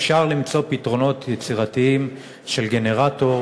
אפשר למצוא פתרונות יצירתיים של גנרטור